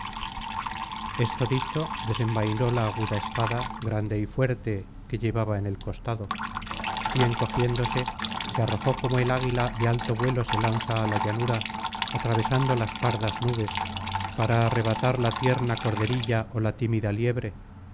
esto dicho desenvainó la aguda espada grande y fuerte que llevaba en el costado y encogiéndose se arrojó como el águila de alto vuelo se lanza á la llanura atravesando las pardas nubes para arrebatar la tierna corderilla ó la tímida liebre